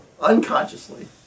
unconsciously